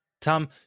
Tom